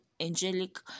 angelic